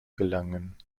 gelangen